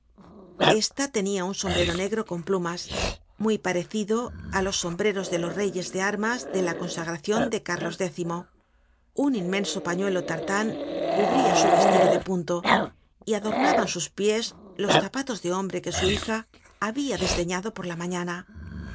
esta tenia un sombrero negro con plumas muy parecido á los sombreros de los reyes de armas de la consagracion de carlos x un inmenso pañuelo tartan cubria su vestido de punto y adornaban sus pies los zapatos de hombre ue su hija habia desdeñado por la mañana